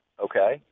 Okay